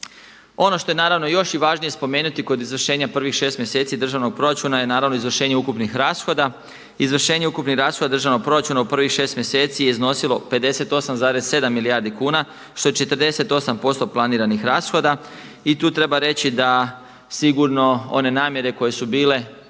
Ono što je naravno još i važnije spomenuti kod izvršenja prvih 6 mjeseci državnog proračuna je naravno izvršenje ukupnih rashoda. Izvršenje ukupnih rashoda državnog proračuna u prvih 6 mjeseci je iznosilo 58,7 milijardi kuna što je 48% planiranih rashoda i tu treba reći da sigurno one namjere koje su bile